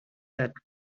that